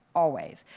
always.